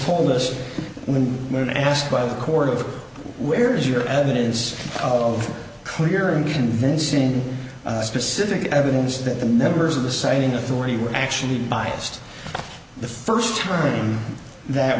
told us when when asked by the court of where is your evidence of clear and convincing specific evidence that the members of the side in authority were actually biased the first time